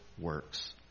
works